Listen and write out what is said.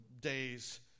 days